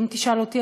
אם תשאל אותי,